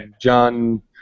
John